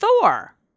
Thor